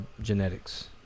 genetics